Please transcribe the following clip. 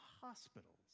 hospitals